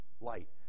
light